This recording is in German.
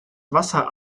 wasser